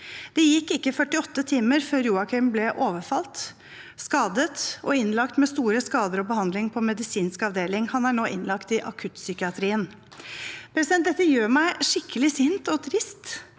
Det gikk ikke 48 timer før Joakim ble overfalt, skadet, innlagt med store skader og fikk behandling på medisinsk avdeling. Han er nå innlagt i akuttpsykiatrien. Dette gjør meg skikkelig sint og trist.